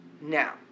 Now